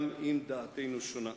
גם אם דעתנו שונה.